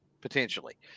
Potentially